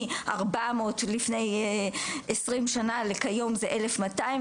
מ-400 לפני עשרים שנה לכיום זה 1,200,